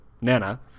Nana –